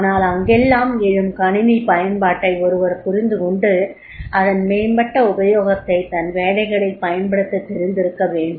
ஆனால் அங்கெல்லாம் எழும் கணிணிப் பயன்பாட்டைப் ஒருவர் புரிந்துகொண்டு அதன் மேம்பட்ட உபயோகத்தை தன் வேலைகளில் பயன்படுத்தத் தெரிந்திருக்கவேண்டும்